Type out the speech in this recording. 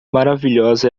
maravilhosa